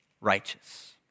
righteous